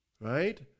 right